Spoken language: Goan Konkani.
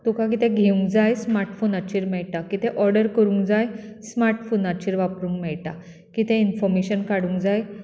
तुका कितें घेवंक जाय स्मार्टफोनाचेर मेळटा कितें ऑर्डर करूंक जाय स्मार्टफोनाचेर वापरूंक मेळटा कितें इन्फॉमेशन काडूंक जाय